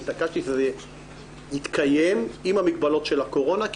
התעקשתי שזה יתקיים עם המגבלות של הקורונה כי